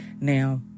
Now